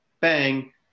Bang